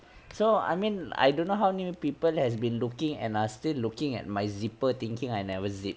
so I mean I don't know how new people has been looking and are still looking at my zipper thinking I never zip